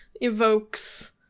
evokes